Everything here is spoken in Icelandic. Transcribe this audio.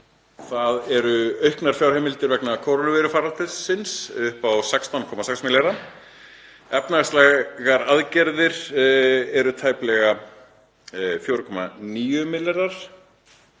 Það eru auknar fjárheimildir vegna kórónuveirufaraldursins upp á 16,6 milljarða. Efnahagslegar aðgerðir eru tæplega 4,9 milljarðar.